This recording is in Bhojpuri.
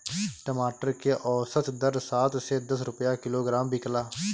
टमाटर के औसत दर सात से दस रुपया किलोग्राम बिकला?